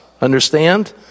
Understand